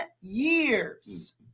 years